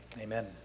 amen